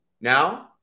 Now